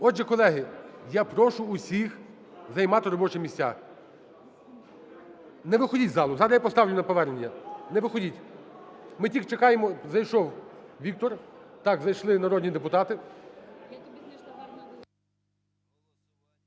Отже, колеги, я прощу усіх займати робочі місця. Не виходіть із залу, зараз я поставлю на повернення, не виходіть, ми тільки чекаємо. Зайшов Віктор, так, зайшли народні депутати.